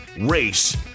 race